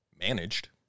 managed